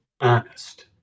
honest